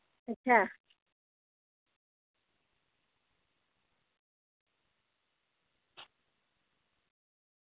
अच्छा